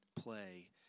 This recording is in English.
play